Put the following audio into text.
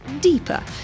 deeper